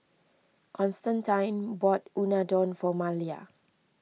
Constantine bought Unadon for Malia